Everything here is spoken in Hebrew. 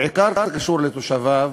בעיקר קשור לתושביו,